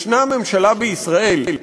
יש ממשלה בישראל,